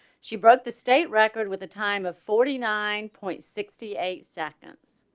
she broke the state record with a time of forty nine point sixty eight seconds